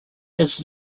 his